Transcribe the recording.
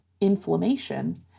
inflammation